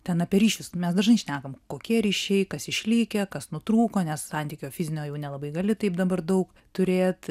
ten apie ryšius mes dažnai šnekam kokie ryšiai kas išlikę kas nutrūko nes santykio fizinio jau nelabai gali taip dabar daug turėt